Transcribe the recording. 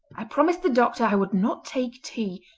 i promised the doctor i would not take tea.